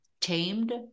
tamed